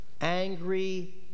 angry